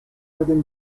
northern